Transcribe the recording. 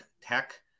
tech